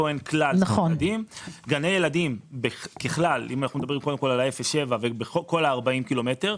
לגבי גני ילדים ככלל בכל ה-40 קילומטרים,